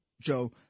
Joe